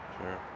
Sure